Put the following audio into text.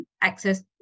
access